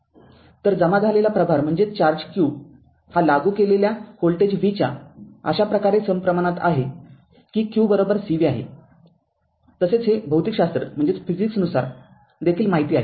तरजमा झालेला प्रभार q हा लागू केलेल्या व्होल्टेज v च्या अशा प्रकारे सम प्रमाणात आहे कि q c v आहे तसेच हे भौतिकशास्त्र नुसार देखील माहिती आहे